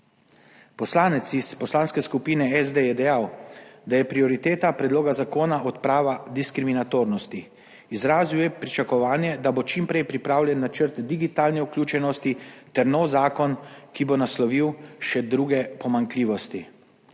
Poslanec iz Poslanske skupine SD je dejal, da je prioriteta predloga zakona odprava diskriminatornosti. Izrazil je pričakovanje, da bo čim prej pripravljen načrt digitalne vključenosti ter nov zakon, ki bo naslovil še druge pomanjkljivosti.